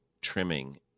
trimming